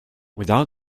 without